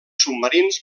submarins